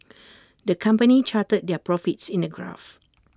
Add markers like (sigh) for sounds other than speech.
(noise) the company charted their profits in A graph